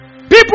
People